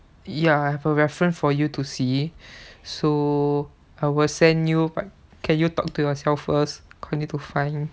ya I have a reference for you to see so I will send you but can you talk to yourself first I need to find